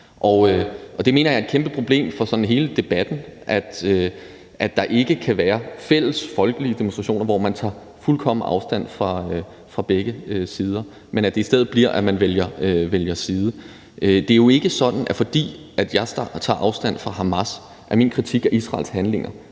Jeg mener, at det er et kæmpeproblem for hele debatten, at der ikke kan være fælles folkelige demonstrationer, hvor man tager fuldstændig afstand fra begge sider, men at det i stedet bliver sådan, at man vælger side. Det er jo ikke sådan, at fordi jeg tager afstand fra Hamas, bliver min kritik af Israels handlinger